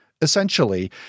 essentially